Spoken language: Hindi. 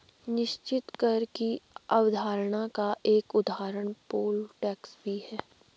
निश्चित कर की अवधारणा का एक उदाहरण पोल टैक्स भी है